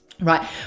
right